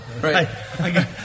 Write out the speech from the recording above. Right